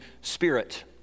spirit